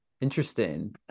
interesting